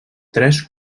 tres